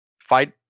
fight